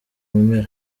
mpera